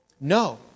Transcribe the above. no